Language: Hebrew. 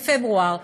בפברואר,